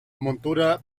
montura